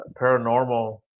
paranormal